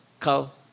kal